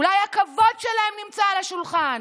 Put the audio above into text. אולי הכבוד שלהם נמצא על השולחן.